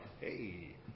hey